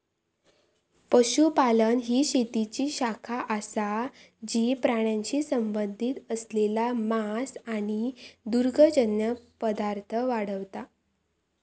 पशुपालन ही शेतीची शाखा असा जी प्राण्यांशी संबंधित असलेला मांस आणि दुग्धजन्य पदार्थ वाढवता